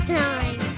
time